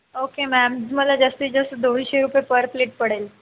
okay ma'am तुम्हाला जास्तीत जास्त दोनशे रुपये पर प्लेट पडेल